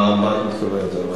למה את מתכוונת?